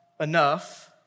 enough